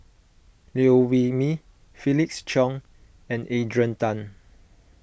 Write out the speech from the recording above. Liew Wee Mee Felix Cheong and Adrian Tan